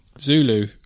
zulu